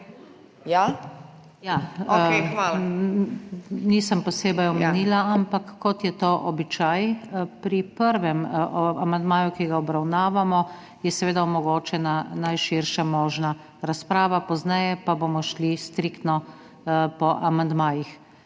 Ja.Nisem posebej omenila, ampak kot je to običaj, pri prvem amandmaju, ki ga obravnavamo, je seveda omogočena najširša možna razprava, pozneje pa bomo šli striktno po amandmajih.